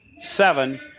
Seven